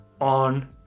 on